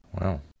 Wow